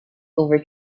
over